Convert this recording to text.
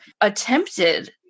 attempted